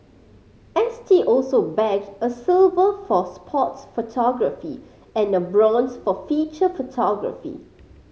S T also bagged a silver for sports photography and a bronze for feature photography